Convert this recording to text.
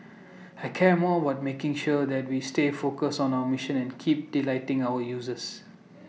I care more about making sure that we stay focused on our mission and keep delighting our users